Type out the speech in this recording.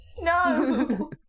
No